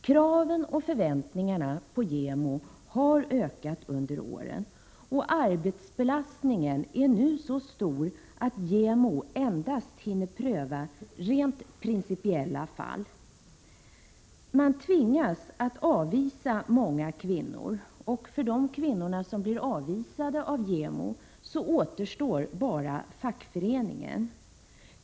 Kraven och förväntningarna på JämO har ökat under åren. Arbetsbelastningen är nu så stor att JämO endast hinner pröva rent principiella fall. Man tvingas avvisa många kvinnor, och för de kvinnor som blir avvisade av JämO återstår bara fackföreningen.